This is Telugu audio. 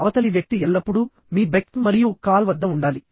అవతలి వ్యక్తి ఎల్లప్పుడూ మీ బెక్ మరియు కాల్ వద్ద ఉండాలి